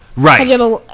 Right